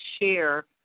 share